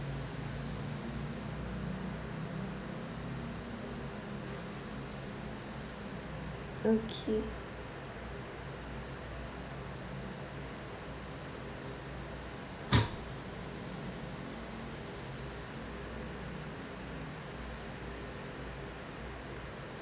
okay